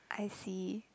I see